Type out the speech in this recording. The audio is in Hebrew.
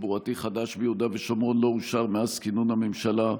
תחבורתי חדש ביהודה ושומרון לא אושר מאז כינון הממשלה,